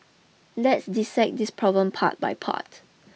let's dissect this problem part by part